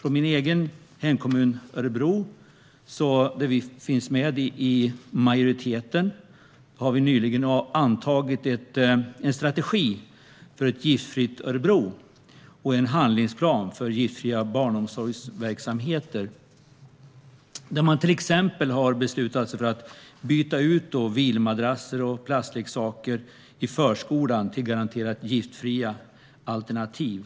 I min hemkommun Örebro, där vi finns med i majoriteten, har vi nyligen antagit en strategi för ett giftfritt Örebro och en handlingsplan för giftfria barnomsorgsverksamheter. Där har man till exempel beslutat sig för att byta ut vilmadrasser och plastleksaker i förskolan mot garanterat giftfria alternativ.